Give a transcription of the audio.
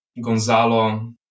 Gonzalo